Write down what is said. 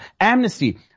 amnesty